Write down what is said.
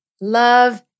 love